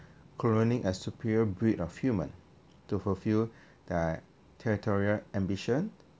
cloning as superior breed of human to fulfil that territorial ambition